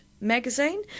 Magazine